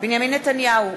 בנימין נתניהו,